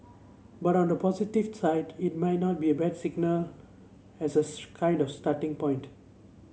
but on the positive side it may not be a bad signal as a kind of starting point